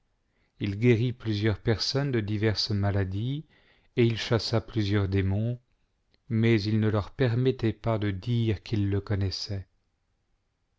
il guérit plusieurs personnes de diverses maladies et il chassa plusieurs démons mais il ne leur permettait pas de dire qu'ils le connaissaient